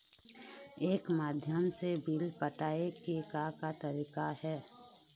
एकर माध्यम से बिल पटाए के का का तरीका हे?